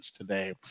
today